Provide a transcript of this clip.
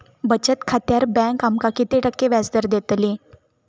बचत खात्यार बँक आमका किती टक्के व्याजदर देतली?